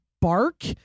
bark